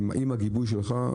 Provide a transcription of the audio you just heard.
ועם הגיבוי שלך,